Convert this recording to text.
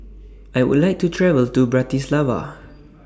I Would like to travel to Bratislava